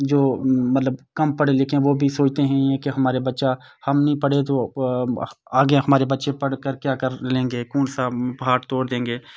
جو مطلب کم پڑھے لکھے ہیں وہ بھی سوچتے ہیں کہ ہمارے بچہ ہم نہیں پڑھے تو آگے ہمارے بچے پڑھ کر کے کیا کر لیں گے کون سا پہاڑ تور دیں گے